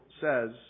says